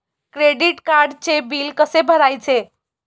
Credit कार्डचे bill कसे भरायचे?